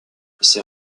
ces